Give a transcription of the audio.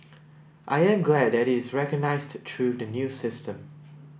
I am glad that it is recognised through the new system